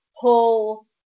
pull